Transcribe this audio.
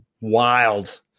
wild